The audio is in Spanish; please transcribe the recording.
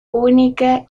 única